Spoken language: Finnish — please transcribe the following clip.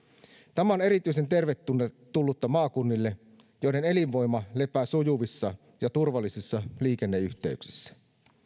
tämä on erityisen tervetullutta maakunnille joiden elinvoima lepää sujuvissa ja turvallisissa liikenneyhteyksissä